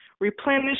Replenish